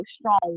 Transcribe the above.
strong